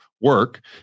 work